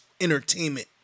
entertainment